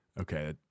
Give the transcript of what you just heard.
okay